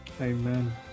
amen